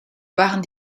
waren